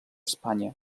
espanya